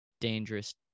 dangerous